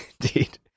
Indeed